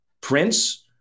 Prince